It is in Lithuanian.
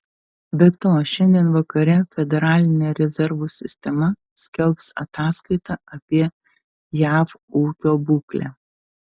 be to šiandien vakare federalinė rezervų sistema skelbs ataskaitą apie jav ūkio būklę